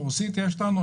רוסית יש לנו,